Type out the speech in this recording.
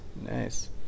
Nice